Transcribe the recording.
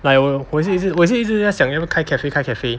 like 我有以前也是以前也是一直想要不要开 cafe 开 cafe